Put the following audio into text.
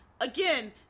again